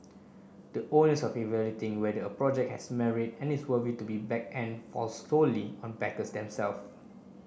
the onus of evaluating whether a project has merit and is worthy to be backed and falls solely on backers themself